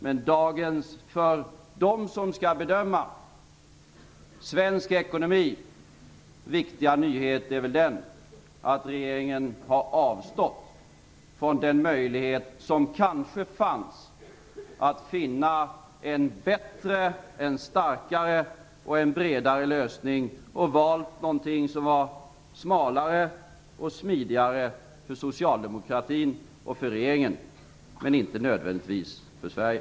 Men det är dagens viktiga nyhet för dem som skall bedöma svensk ekonomi att regeringen har avstått från den möjlighet som kanske fanns att finna en bättre, en starkare och en bredare lösning. Men man har valt någonting som var smalare och smidigare för socialdemokratin och för regeringen, men inte nödvändigtvis för Sverige.